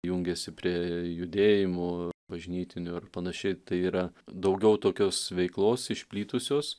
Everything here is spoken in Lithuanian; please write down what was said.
jungiasi prie judėjimų bažnytinių ir panašiai tai yra daugiau tokios veiklos išplitusios